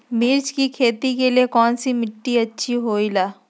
मिर्च की खेती के लिए कौन सी मिट्टी अच्छी होईला?